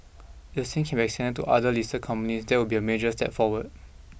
the same can be extended to other listed companies that would be a major step forward